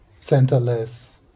centerless